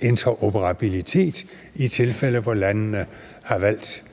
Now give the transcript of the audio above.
interoperabilitet i tilfælde, hvor landene har valgt